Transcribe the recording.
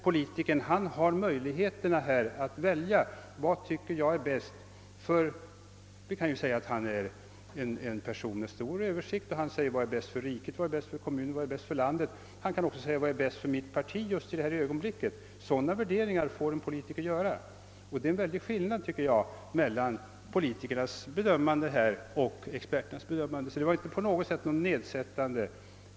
Politikern har möjlighet att välja. Han är kanske en person med stor överblick över sammanhangen. Han kan fråga sig: Vad är bäst för riket, för kommunen? Han kan också säga: Vad är bäst för mitt parti just i detta ögonblick? Sådana värderingar får en politiker göra. Det är en väldig skillnad mellan politikerns och expertens bedömning. Mitt uttalande var alltså inte på något sätt avsett att vara nedsättande.